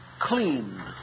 clean